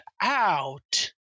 out